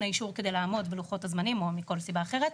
האישור כדי לעמוד בלוחות הזמנים או מכל סיבה אחרת.